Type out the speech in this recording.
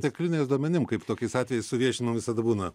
tekliniais duomenim kaip tokiais atvejais su viešinim visada būna